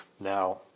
Now